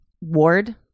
ward